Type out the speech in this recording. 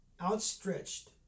outstretched